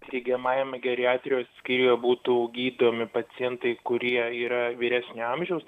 steigiamajame geriatrijos skyriuje būtų gydomi pacientai kurie yra vyresnio amžiaus